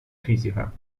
fisica